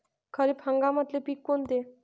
खरीप हंगामातले पिकं कोनते?